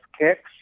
kicks